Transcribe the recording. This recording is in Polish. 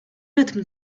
rytm